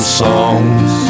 songs